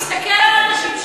תסתכל על אנשים שהולכים לשם.